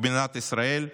במדינת ישראל,